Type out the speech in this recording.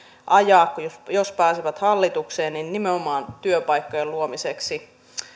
ajaa jos pääsevät hallitukseen nimenomaan työpaikkojen luomiseksi